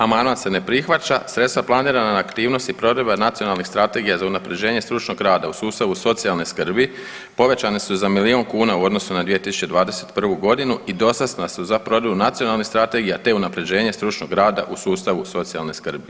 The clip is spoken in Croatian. Amandman se ne prihvaća, sredstva planirana na aktivnosti provedbe nacionalnih strategija za unapređenje stručnog rada u sustavu socijalne skrbi povećane su za milijun kuna u odnosu na 2021.g. i dostatna su za provedbu nacionalnih strategija te unapređenje stručnog rada u sustavu socijalne skrbi.